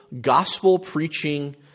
gospel-preaching